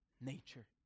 nature